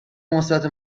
مثبت